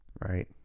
Right